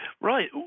Right